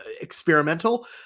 experimental